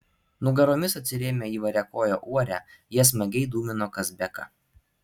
nugaromis atsirėmę į variakojo uorę jie smagiai dūmino kazbeką